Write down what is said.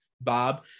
Bob